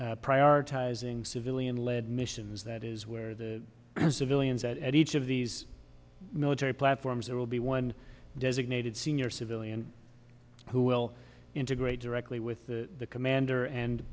prioritizing civilian led missions that is where the as civilians at each of these military platforms there will be one designated senior civilian who will integrate directly with the commander and